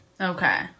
Okay